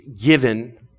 given